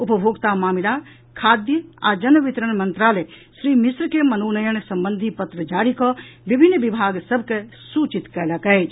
उपभोक्ता मामिला खाद्य आ जन वितरण मंत्रालय श्री मिश्र के मनोनयन संबंधी पत्र जारी कऽ विभिन्न विभाग सभ के सूचित कयलक अछि